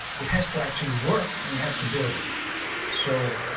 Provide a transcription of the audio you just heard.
it has to actually work and you have to build it so.